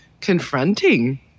confronting